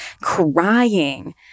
crying